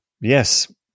yes